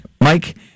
Mike